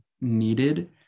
needed